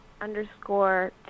underscore